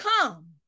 come